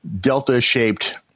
Delta-shaped